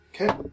Okay